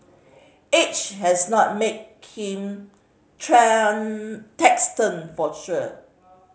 age has not made him taciturn for sure